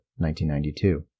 1992